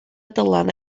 dylan